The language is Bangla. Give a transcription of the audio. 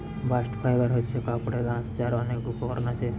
বাস্ট ফাইবার হচ্ছে কাপড়ের আঁশ যার অনেক উপকরণ আছে